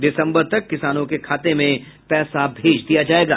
दिसंबर तक किसानों के खाते में पैसा भेज दिया जायेगा